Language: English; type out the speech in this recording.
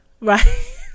Right